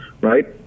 right